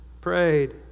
prayed